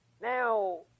Now